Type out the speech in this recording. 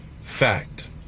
Fact